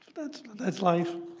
that's that's life.